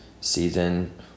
season